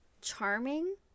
charming